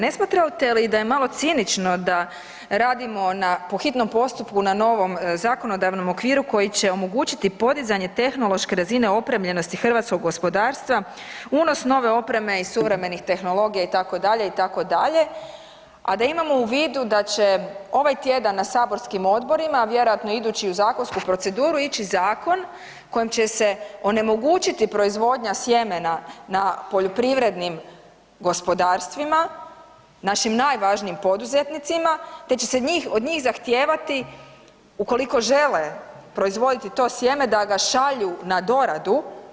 Ne smatrate li da je malo cinično da radimo po hitnom postupku na novom zakonodavnom okviru koji će omogućiti podizanje tehnološke razine, opremljenosti hrvatskog gospodarstva, unos nove opreme i suvremenih tehnologija itd., itd., a da imamo u vidu da će ovaj tjedan na saborskim odborima, a vjerovatno i idući u zakonsku proceduru ići zakon kojim će se onemogućiti proizvodnja sjemena na poljoprivrednim gospodarstvima, našim najvažnijim poduzetnicima te će se od njih zahtijevati ukoliko žele proizvoditi to sjeme da ga šalju na doratu.